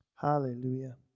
Hallelujah